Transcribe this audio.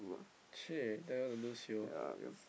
!chey! tell you all to do [sio]